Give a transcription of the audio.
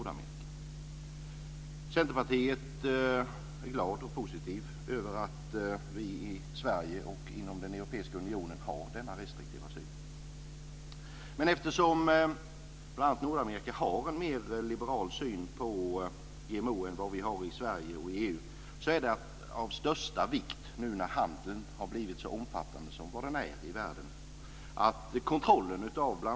Vi i Centerpartiet är glada över att vi i Sverige och Europeiska unionen har den restriktiva synen. Men eftersom man i bl.a. Nordamerika har en mer liberal syn på GMO än vi har i Sverige och EU är det av största vikt att kontrollen av utsäde som saluförs i Sverige och EU är god.